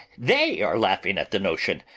they are laughing at the notion.